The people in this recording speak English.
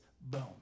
boom